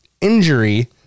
injury